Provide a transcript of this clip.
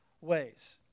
ways